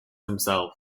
himself